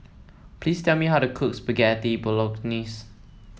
please tell me how to cook Spaghetti Bolognese